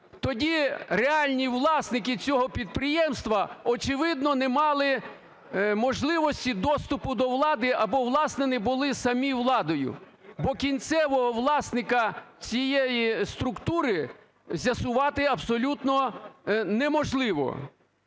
Тоді реальні власники цього підприємства, очевидно, не мали можливості доступу до влади або, власне, не були самі владою, бо кінцевого власника цієї структури з'ясувати абсолютно неможливо.